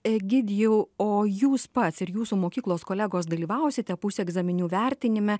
egidijau o jūs pats ir jūsų mokyklos kolegos dalyvausite pusegzaminių vertinime